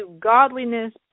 godliness